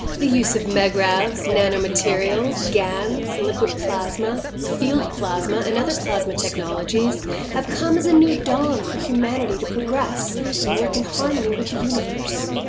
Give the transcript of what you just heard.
the use of magravs, nanomaterials, gans, liquid plasma, field plasma and other plasma technologies have come as a new dawn for humanity to progress and work in harmony with the universe.